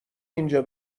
اینجا